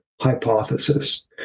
Hypothesis